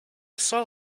saw